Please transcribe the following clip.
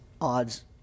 odds